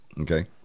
Okay